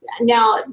now